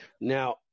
Now